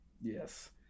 Yes